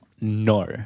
No